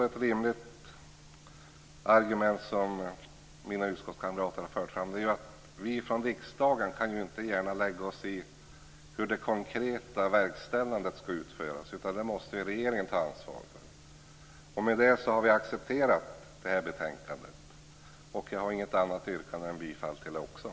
Ett rimligt argument som mina utskottskamrater har fört fram är att vi från riksdagen inte gärna kan lägga oss i hur det konkreta verkställandet skall utföras. Det måste regeringen ta ansvar för. Med det har vi accepterat utskottets hemställan i betänkandet. Inte heller jag har något annat yrkande än bifall till det.